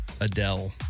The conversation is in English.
Adele